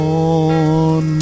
on